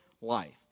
life